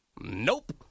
Nope